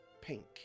pink